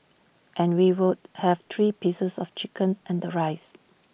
and we would have three pieces of chicken and the rice